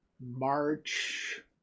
March